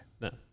No